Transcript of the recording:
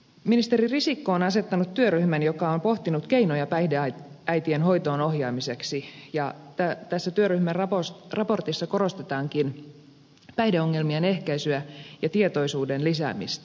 ministeri risikko on asettanut työryhmän joka on pohtinut keinoja päihdeäitien hoitoon ohjaamiseksi ja tässä työryhmän raportissa korostetaankin päihdeongelmien ehkäisyä ja tietoisuuden lisäämistä